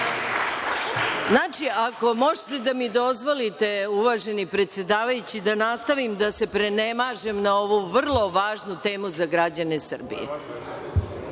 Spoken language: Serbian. lepo. Znači, ako možete da mi dozvolite, uvaženi predsedavajući, da nastavim da se prenemažem na ovu vrlo važnu temu za građane Srbije.